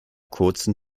kurzen